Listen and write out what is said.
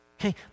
Okay